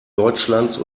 deutschlands